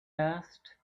asked